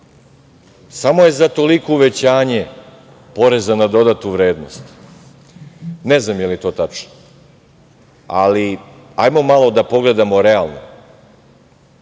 Samo je za toliko uvećanje poreza na dodatu vrednost. Ne znam je li to tačno. Ali, hajmo malo da pogledamo realno.